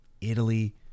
italy